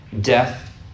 death